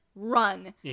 run